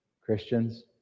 Christians